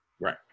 Right